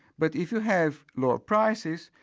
but if you have lower prices,